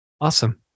Awesome